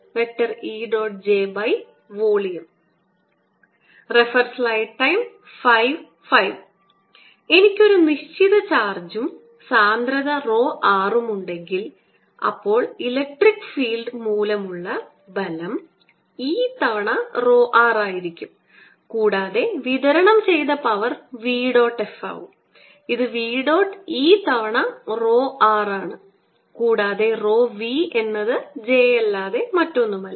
jവോളിയം എനിക്ക് ഒരു നിശ്ചിത ചാർജും സാന്ദ്രത rho r ഉം ഉണ്ടെങ്കിൽ അപ്പോൾ ഇലക്ട്രിക് ഫീൽഡ് മൂലമുള്ള ബലം E തവണ rho r ആയിരിക്കും കൂടാതെ വിതരണം ചെയ്ത പവർ V ഡോട്ട് F ആകും ഇത് V ഡോട്ട് E തവണ rho r ആണ് കൂടാതെ rho v എന്നത് j അല്ലാതെ മറ്റൊന്നുമല്ല